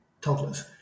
toddlers